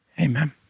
amen